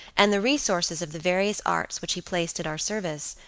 and the resources of the various arts which he placed at our service,